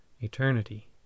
eternity